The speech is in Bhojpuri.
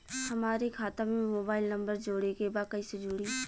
हमारे खाता मे मोबाइल नम्बर जोड़े के बा कैसे जुड़ी?